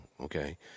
okay